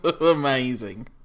Amazing